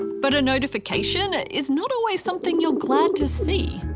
but a notification is not always something you're glad to see.